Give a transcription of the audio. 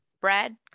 Brad